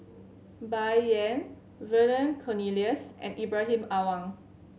Bai Yan Vernon Cornelius and Ibrahim Awang